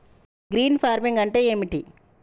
Green farming అంటే ఏమిటి?